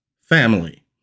family